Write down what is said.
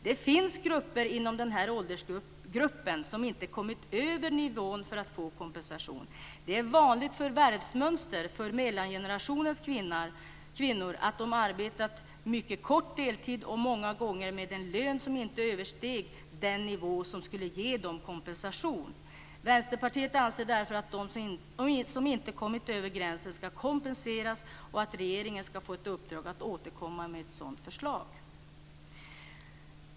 Det finns grupper inom den här åldersgruppen som inte kommit över nivån för att få kompensation. Det är ett vanligt förvärvsmönster för mellangenerationens kvinnor att de arbetat mycket kort deltid och många gånger med en lön som inte överstigit den nivå som skulle gett dem kompensation. Vänsterpartiet anser därför att de som inte kommit över gränsen skall kompenseras och att regeringen skall få i uppdrag att återkomma med ett sådant förslag.